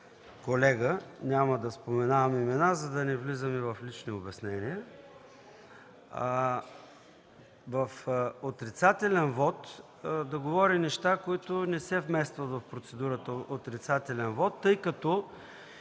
колега, няма да споменавам имена, за да не влизаме в лични обяснения, в отрицателен вот да говори неща, които не се вместват в процедурата по отрицателен вот, тъй като